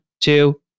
two